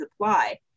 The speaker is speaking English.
apply